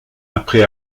après